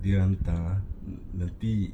dia hantar nanti